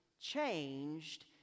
Changed